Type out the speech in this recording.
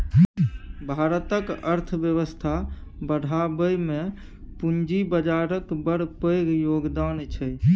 भारतक अर्थबेबस्था बढ़ाबइ मे पूंजी बजारक बड़ पैघ योगदान छै